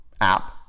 app